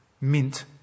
Mint